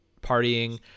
partying